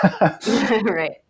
Right